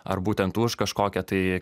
ar būtent už kažkokią tai